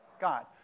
God